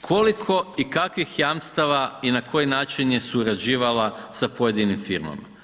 koliko i kakvih jamstava i na koji način je surađivala sa pojedinim firmama.